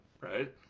Right